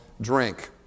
drink